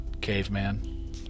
Caveman